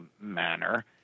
manner